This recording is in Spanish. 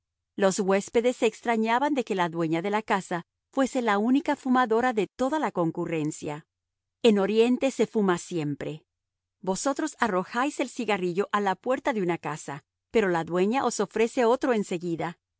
los huéspedes se extrañaban de que la dueña de la casa fuese la única fumadora de toda la concurrencia en oriente se fuma siempre vosotros arrojáis el cigarrillo a la puerta de una casa pero la dueña os ofrece otro